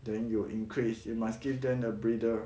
then you will increase you must give them a breather